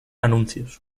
anuncios